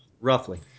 Roughly